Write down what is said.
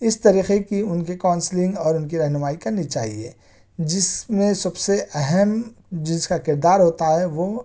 اس طریقے کی ان کی کاؤنسلنگ اور ان کی رہنمائی کرنی چاہیے جس میں سب سے اہم جس کا کردار ہوتا ہے وہ